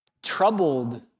Troubled